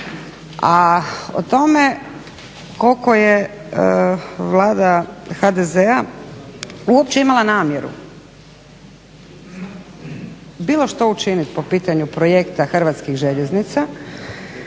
A o tome koliko je Vlada HDZ-a uopće imala namjeru bilo što učiniti po pitanju projekta HŽ-a govori jedan